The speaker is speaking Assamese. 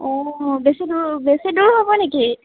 অঁ বেছি দূৰ বেছি দূৰ হ'ব নেকি